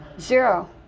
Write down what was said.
zero